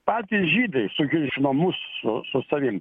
patys žydai sukiršino mus su su savim